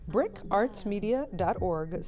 Brickartsmedia.org